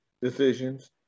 decisions